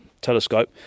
telescope